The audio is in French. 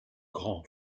grand